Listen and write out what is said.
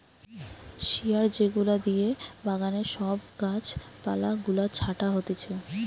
শিয়ার যেগুলা দিয়ে বাগানে সব গাছ পালা গুলা ছাটা হতিছে